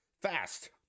fast